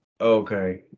Okay